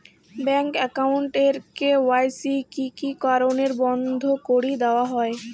Bank account এর KYC কি কি কারণে বন্ধ করি দেওয়া হয়?